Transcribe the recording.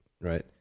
Right